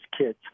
kids